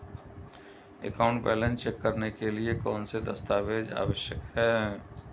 Account balance check करने के लिए कौनसे दस्तावेज़ आवश्यक हैं?